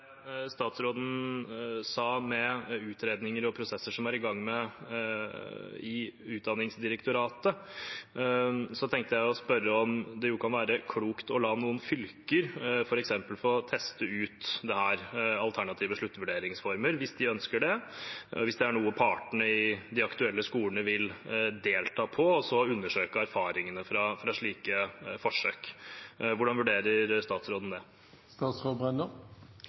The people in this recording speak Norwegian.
statsråden sa om utredninger og prosesser som er gang i Utdanningsdirektoratet, tenkte jeg å spørre om det kan være klokt f.eks. å la noen fylker få teste ut alternative sluttvurderingsformer – hvis de ønsker det, og hvis det er noe partene i de aktuelle skolene vil delta på – og så undersøke erfaringene fra slike forsøk. Hvordan vurderer statsråden det?